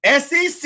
SEC